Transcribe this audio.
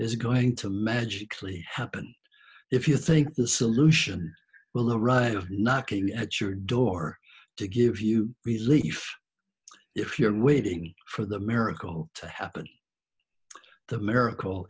is going to magically happen if you think the solution will arrive knocking at your door to give you relief if you're waiting for the miracle to happen the miracle